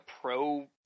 pro